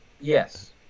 yes